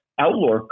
outlaw